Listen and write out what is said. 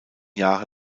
jahre